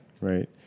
right